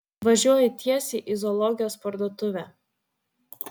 važiuoju tiesiai į zoologijos parduotuvę